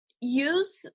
use